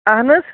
اہن حظ